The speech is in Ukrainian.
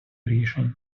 рішень